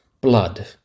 blood